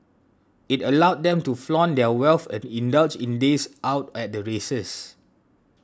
it allowed them to flaunt their wealth and indulge in days out at the races